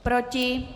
Proti?